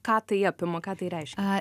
ką tai apima ką tai reiškia